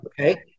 Okay